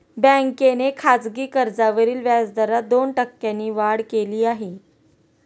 बँकेने खासगी कर्जावरील व्याजदरात दोन टक्क्यांनी वाढ केली आहे